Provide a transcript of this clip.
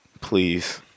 please